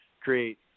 create